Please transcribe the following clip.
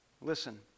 Listen